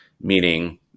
meaning